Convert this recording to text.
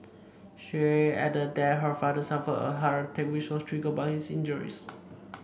she added that her father suffered a heart attack which was triggered by his injuries